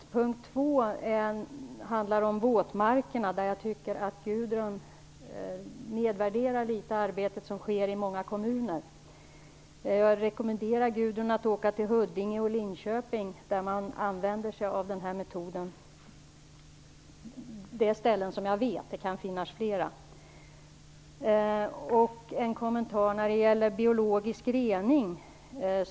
Punkt två handlar om våtmarkerna. Jag tycker att Gudrun Lindvall något nedvärderar det arbete som sker i många kommuner. Jag rekommenderar Gudrun Lindvall att åka till Huddinge och Linköping, där man använder sig av den här metoden. Det är ställen som jag känner till, men det kan finnas flera.